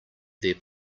their